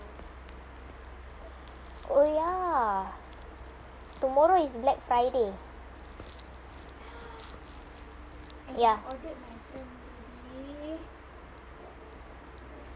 oh ya tomorrow is black friday ya